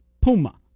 Puma